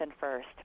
first